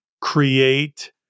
create